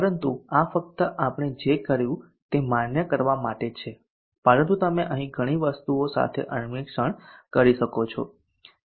પરંતુ આ ફક્ત આપણે જે કર્યું તે માન્ય કરવા માટે છે પરંતુ તમે અહીં ઘણી વસ્તુઓ સાથે અન્વેષણ કરી શકો છો